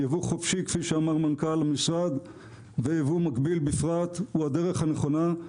ייבוא חופשי כפי שאמר מנכ"ל המשרד וייבוא מקביל בפרט הוא הדרך הנכונה.